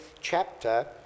chapter